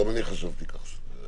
גם אני חשבתי שכך עדיף.